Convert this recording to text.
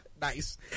nice